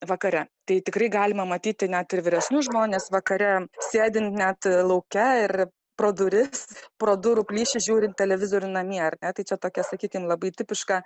vakare tai tikrai galima matyti net ir vyresnius žmones vakare sėdint net lauke ir pro duris pro durų plyšį žiūrint televizorių namie ar ne tai čia tokia sakykim labai tipiška